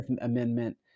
Amendment